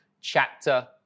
chapter